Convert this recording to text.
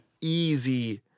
easy